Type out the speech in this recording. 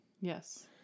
yes